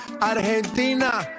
Argentina